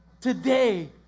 today